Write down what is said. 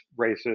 racist